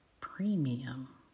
premium